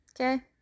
okay